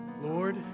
Lord